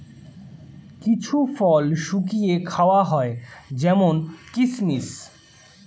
কিছু ফল শুকিয়ে খাওয়া হয় যেমন কিসমিস